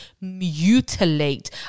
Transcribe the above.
mutilate